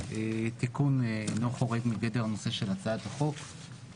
התיקון לא חורג מגדר הנושא של הצעת החוק,